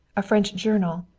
a french journal,